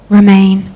Remain